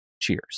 Cheers